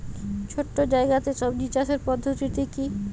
ছোট্ট জায়গাতে সবজি চাষের পদ্ধতিটি কী?